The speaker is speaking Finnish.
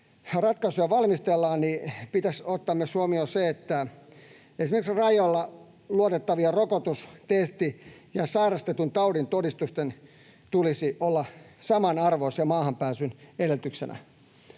ratkaisuja valmistellaan, niin pitäisi ottaa huomioon myös se, että esimerkiksi rajoilla luotettavien rokotus-, testi- ja sairastetun taudin todistusten tulisi olla samanarvoisia maahanpääsyn edellytyksenä